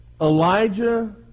Elijah